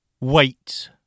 wait